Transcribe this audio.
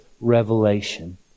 revelation